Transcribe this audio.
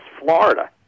Florida